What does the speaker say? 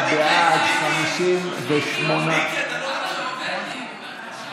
אופיר כץ, מיכאל מלכיאלי, ינון אזולאי,